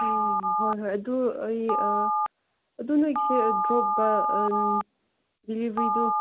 ꯑꯥ ꯍꯣꯏ ꯍꯣꯏ ꯑꯗꯨ ꯑꯩ ꯑꯗꯨ ꯅꯣꯏꯒꯤꯁꯦ ꯒ꯭ꯔꯣꯞꯀ ꯗꯤꯂꯤꯕꯔꯤꯗꯨ